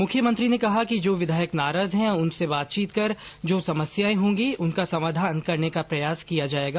मुख्यमंत्री ने कहा कि जो विधायक नाराज है उनसे बातचीत कर जो समस्याएं होगी उनका समाधान करने का प्रयास किया जायेगा